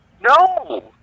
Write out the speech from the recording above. No